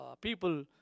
people